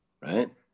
right